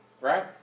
right